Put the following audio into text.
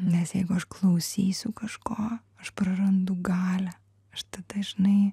nes jeigu aš klausysiu kažko aš prarandu galią aš tada žinai